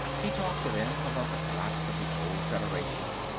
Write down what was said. he talked to them, about the collapse of the old federation,